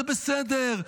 זה בסדר,